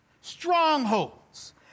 strongholds